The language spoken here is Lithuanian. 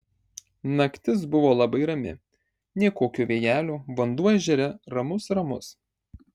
naktis buvo labai rami nė kokio vėjelio vanduo ežere ramus ramus